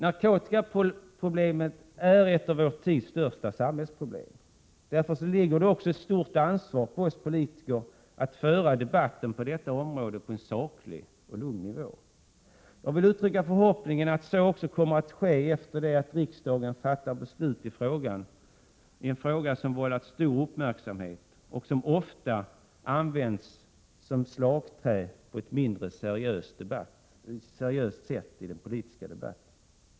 Narkotikaproblemet är ett av vår tids största samhällsproblem. Därför ligger det också ett stort ansvar på oss politiker att föra debatten på detta område på en saklig och lugn nivå. Jag vill uttrycka förhoppningen att så också kommer att ske efter det att riksdagen fattat beslut i denna fråga, vilken vållat stor uppmärksamhet och ofta på ett mindre seriöst sätt använts som slagträ i den politiska debatten.